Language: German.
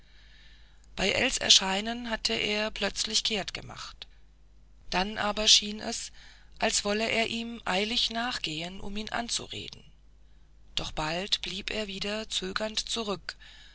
bei ells erscheinen hatte er plötzlich kehrtgemacht dann aber schien es als wolle er ihm eilig nachgehen um ihn anzureden doch bald blieb er wieder zögernd zurück